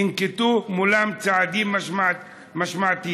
ינקטו מולם צעדים משמעתיים.